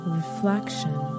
reflection